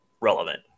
relevant